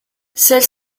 celle